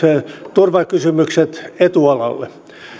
turvakysymykset etualalle